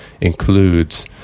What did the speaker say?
includes